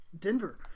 Denver